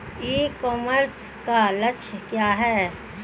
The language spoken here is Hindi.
ई कॉमर्स का लक्ष्य क्या है?